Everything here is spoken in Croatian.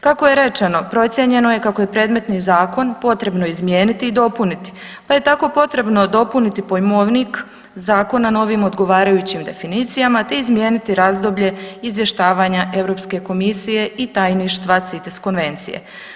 Kako je rečeno procijenjeno je kako je predmetni zakon potrebno izmijeniti i dopuniti, pa je tako potrebno dopuniti pojmovnik zakona novim odgovarajućim definicijama te izmijeniti razdoblje izvještavanja Europske komisije i tajništva CITES konvencije.